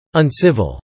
uncivil